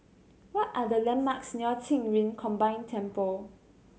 what are the landmarks near Qing Yun Combined Temple